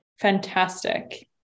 Fantastic